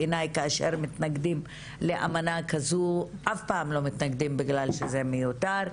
בעיניי כאשר מתנגדים לאמנה כזו אף פעם לא מתנגדים בגלל שזה מיותר,